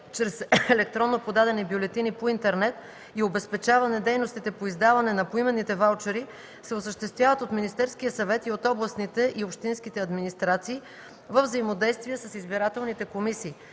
чрез електронно подадени бюлетини по интернет и обезпечаване дейностите по издаване на поименните ваучери се осъществяват от Министерския съвет и от областните и общинските администрации във взаимодействие с избирателните комисии.